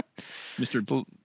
Mr